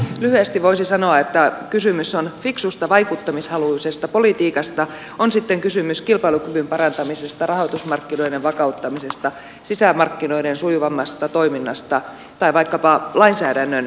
lyhyesti voisi sanoa että kysymys on fiksusta vaikuttamishaluisesta politiikasta on sitten kysymys kilpailukyvyn parantamisesta rahoitusmarkkinoiden vakauttamisesta sisämarkkinoiden sujuvammasta toiminnasta tai vaikkapa lainsäädännön järkevöittämisestä